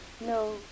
No